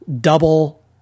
double